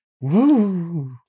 Woo